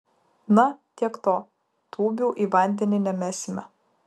na tiek to tūbių į vandenį nemesime